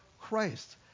Christ